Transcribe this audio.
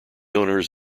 owners